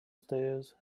stairs